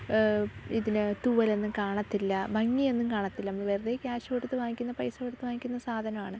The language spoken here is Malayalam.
ഇതിന് തൂവലൊന്നും കാണത്തില്ല ഭംഗി ഒന്നും കാണത്തില്ല വെരുതെ കാശ് കൊടുത്ത് വാങ്ങിക്കുന്ന പൈസ കൊടുത്ത് വാങ്ങിക്കുന്ന സാധനമാണ്